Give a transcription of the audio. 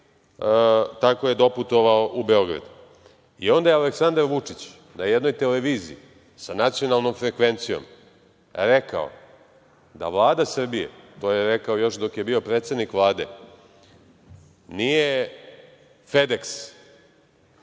tako je doputovao u Beograd. Aleksandar Vučić je onda na jednoj televiziji sa nacionalnom frekvencijom rekao da Vlada Srbije, to je rekao još dok je bio predsednik Vlade, nije Fedeks,